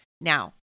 Now